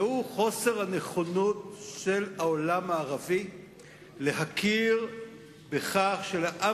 והוא חוסר הנכונות של העולם הערבי להכיר בכך שלעם